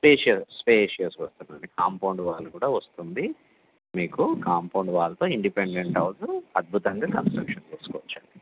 spacious spacious వస్తుందండి compound wall కూడా వస్తుంది మీకు కాంపౌండ్ వాల్తో ఇండిపెండెంట్ హౌసు అద్భుతంగా కన్స్ట్రక్షన్ చేసుకోవచ్చు అండి